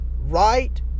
right